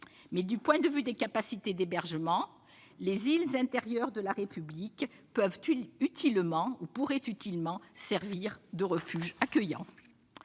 Du point de vue des capacités d'hébergement, les îles intérieures de la République pourraient utilement servir de refuges accueillants